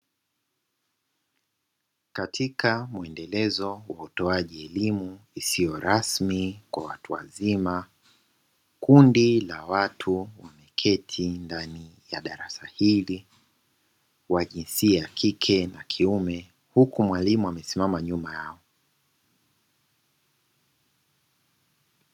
Katika muendelezo wa utoaji elimu isiyo rasmi kwa watu wazima, kundi la watu wameketi ndani ya darasa hili wa jinsia ya kike na kiume. Huku mwalimu amesimama nyuma yao.